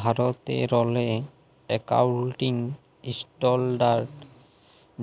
ভারতেরলে accounting standard